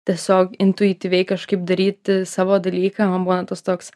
tiesiog intuityviai kažkaip daryti savo dalyką man būna tas toks